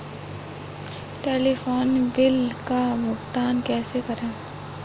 Telephone bill का भुगतान कैसे करें?